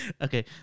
okay